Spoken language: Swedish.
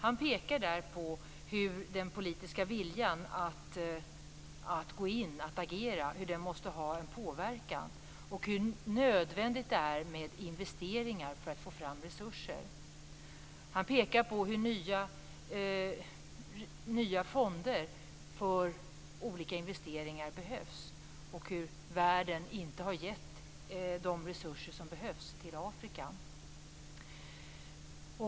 Han pekar där på den politiska viljan att agera och hur nödvändigt det är att investera för att få fram resurser. Han pekar på att det behövs nya fonder för olika investeringar och hur världen inte har gett de resurser som behövs till Afrika.